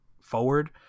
forward